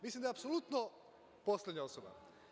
Mislim da je apsolutno poslednja osoba.